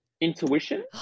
intuition